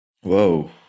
Whoa